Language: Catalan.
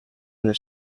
les